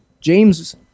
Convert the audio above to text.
James